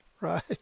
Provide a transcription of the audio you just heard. right